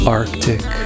arctic